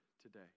today